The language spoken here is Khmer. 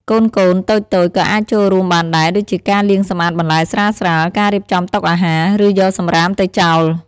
កូនៗតូចៗ ក៏អាចចូលរួមបានដែរ ដូចជាការលាងសម្អាតបន្លែស្រាលៗ ការរៀបចំតុអាហារ ឬយកសំរាមទៅចោល ។